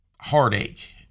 heartache